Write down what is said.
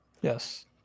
yes